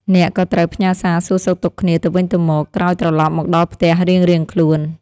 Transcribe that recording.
អ្នកក៏ត្រូវផ្ញើសារសួរសុខទុក្ខគ្នាទៅវិញទៅមកក្រោយត្រឡប់មកដល់ផ្ទះរៀងៗខ្លួន។